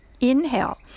Inhale